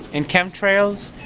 in chemtrails.